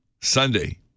Sunday